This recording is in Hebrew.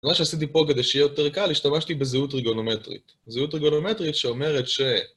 מה שעשיתי פה כדי שיהיה יותר קל, השתמשתי בזהות רגונומטרית זהות רגונומטרית שאומרת ש...